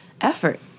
effort